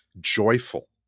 joyful